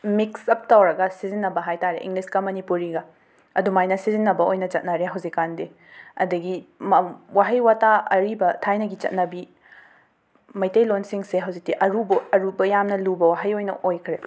mix up ꯇꯧꯔꯒ ꯁꯤꯖꯟꯅꯕ ꯍꯥꯏꯇꯥꯔꯦ ꯏꯪꯂꯤꯁꯀ ꯃꯅꯤꯄꯨꯔꯤꯒ ꯑꯗꯨꯃꯥꯏꯅ ꯁꯤꯖꯤꯟꯅꯕ ꯑꯣꯏꯅ ꯆꯠꯅꯔꯦ ꯍꯨꯖꯤꯛꯀꯥꯟꯗꯤ ꯑꯗꯒꯤ ꯃ ꯋꯥꯍꯩ ꯋꯥꯇꯥ ꯑꯔꯤꯕ ꯊꯥꯏꯅꯒꯤ ꯆꯠꯅꯕꯤ ꯃꯩꯇꯩꯂꯣꯟꯁꯤꯡꯁꯦ ꯍꯧꯖꯤꯛꯇꯤ ꯑꯔꯨꯕ ꯑꯔꯨꯕ ꯌꯥꯝꯅ ꯂꯨꯕ ꯋꯥꯍꯩ ꯑꯣꯏꯅ ꯑꯣꯏꯈ꯭ꯔꯦ